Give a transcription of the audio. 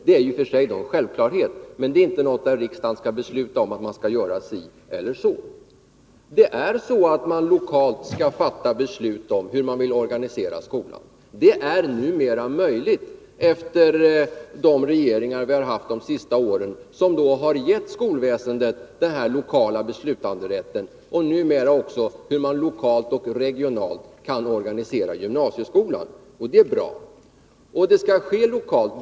Det är i och för sig en självklarhet, men det är inte en fråga där riksdagen skall besluta huruvida man skall göra si eller så. Man skall lokalt fatta beslut om hur man vill organisera skolan. Det är numera möjligt, efter de regeringar vi har haft de senaste åren. De har gett skolväsendet en lokal beslutanderätt och numera också rätt att besluta hur man lokalt och regionalt skall organisera gymnasieskolan. Det är bra. Och det skall ske lokalt.